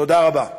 תודה רבה.